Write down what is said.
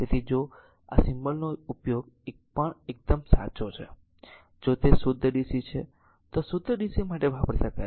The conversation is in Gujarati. તેથી જો આ સિમ્બોલનો ઉપયોગ પણ એકદમ સાચો છે અથવા જો તે શુદ્ધ DC છે તો આ શુદ્ધ DC માટે વાપરી શકાય છે